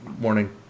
morning